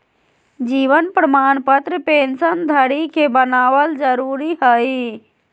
जीवन प्रमाण पत्र पेंशन धरी के बनाबल जरुरी हइ